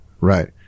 right